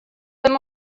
them